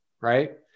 right